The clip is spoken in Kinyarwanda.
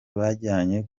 bajyanye